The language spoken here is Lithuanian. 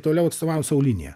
toliau atstovavo savo liniją